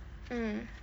mm